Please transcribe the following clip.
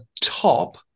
top